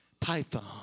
python